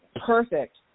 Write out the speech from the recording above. perfect